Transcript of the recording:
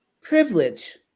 privilege